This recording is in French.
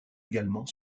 également